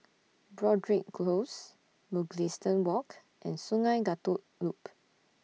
Broadrick Close Mugliston Walk and Sungei Kadut Loop